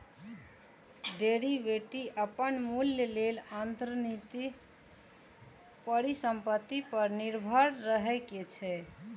derivative अपन मूल्य लेल अंतर्निहित परिसंपत्ति पर निर्भर करै छै